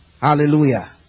Hallelujah